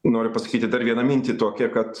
noriu pasakyti dar vieną mintį tokią kad